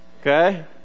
okay